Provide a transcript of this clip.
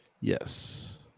Yes